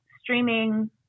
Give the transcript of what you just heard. streaming